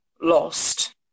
lost